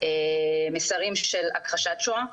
מסרים של הכחשת שואה,